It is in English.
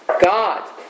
God